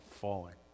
falling